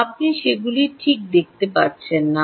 আপনি সেগুলি ঠিক দেখতে পাচ্ছেন না